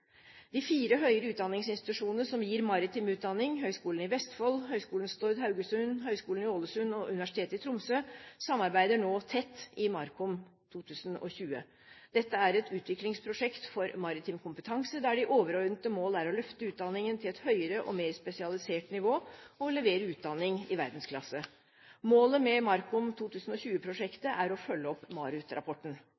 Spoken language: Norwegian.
De fire høyere utdanningsinstitusjonene som gir maritim utdanning – Høgskolen i Vestfold, Høgskolen Stord/Haugesund, Høgskolen i Ålesund og Universitetet i Tromsø – samarbeider nå tett i MARKOM2020. Dette er et utviklingsprosjekt for maritim kompetanse der de overordnede målene er å løfte utdanningen til et høyere og mer spesialisert nivå og å levere utdanning i verdensklasse. Målet med